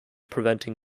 preventing